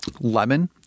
lemon